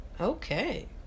Okay